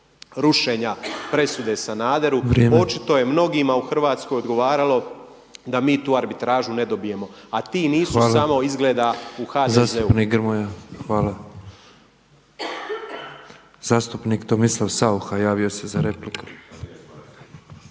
rušenja presude Sanaderu. Očito je mnogima u Hrvatskoj odgovaralo da mi tu arbitražu ne dobijemo a ti nisu samo izgleda u HDZ-u. **Petrov, Božo (MOST)** Zastupnik